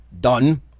done